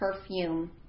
perfume